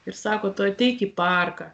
ir sako tu ateik į parką